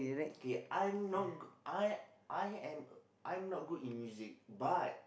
K I'm not g~ I I am I'm not good in music but